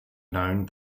known